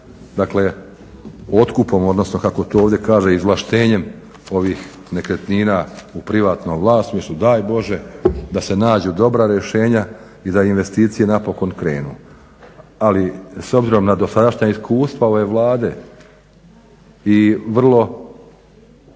dakle otkupom odnosno kako to ovdje kaže izvlaštenjem ovih nekretnina u privatnom vlasništvu. Daj Bože da se nađu dobra rješenja i da investicije napokon krenu. Ali s obzirom na dosadašnja iskustva ove Vlade i vrlo